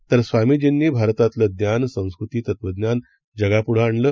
तर स्वामीजींनीभारतातलंज्ञान संस्कृती तत्वज्ञानजगापुढेआणलं